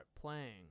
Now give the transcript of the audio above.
playing